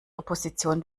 opposition